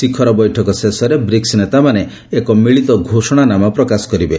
ଶିଖର ବୈଠକ ଶେଷରେ ବ୍ରିକ୍ସ ନେତାମାନେ ଏକ ମିଳିତ ଘୋଷଣାନାମା ପ୍ରକାଶ କରିବେ